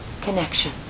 connection